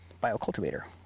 bio-cultivator